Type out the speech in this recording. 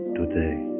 today